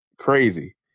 crazy